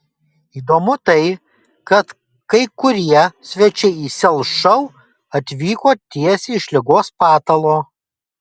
įdomu tai kad kai kurie svečiai į sel šou atvyko tiesiai iš ligos patalo